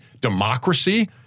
democracy